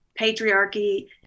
patriarchy